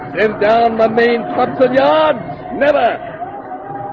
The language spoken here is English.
and down the main hudson yards never